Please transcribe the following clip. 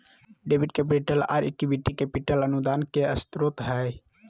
debit capital, आर equity capital अनुदान के स्रोत हय